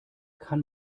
kann